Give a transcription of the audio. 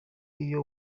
iyo